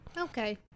okay